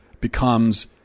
becomes